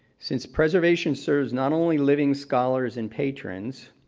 since preservation serves not only living scholars and patrons,